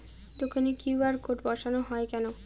দোকানে QR code বসানো হয় কেন?